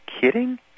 kidding